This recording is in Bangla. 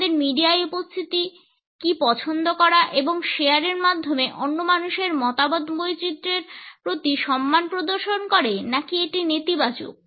আমাদের মিডিয়ায় উপস্থিতি কী পছন্দ করা এবং শেয়ারের মাধ্যমে অন্য মানুষের মতামতের বৈচিত্র্যের প্রতি সম্মান প্রদর্শন করে নাকি এটি নেতিবাচক